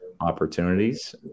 opportunities